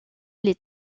les